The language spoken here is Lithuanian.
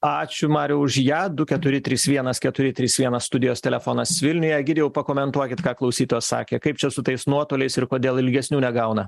ačiū mariau už ją du keturi trys vienas keturi trys vienas studijos telefonas vilniuje egidijau pakomentuokit ką klausytojas sakė kaip čia su tais nuotoliais ir kodėl ilgesnių negauna